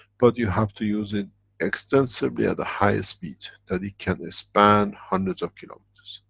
but you have to use it extensively, at a higher speed, that it can span hundreds of kilometers.